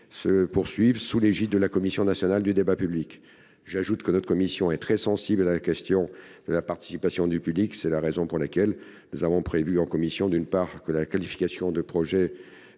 se poursuivent sous l'égide de la Commission nationale du débat public. J'ajoute que notre commission est très sensible à la question de la participation du public. C'est la raison pour laquelle nous avons prévu lors de nos travaux, d'une part, que la qualification de projet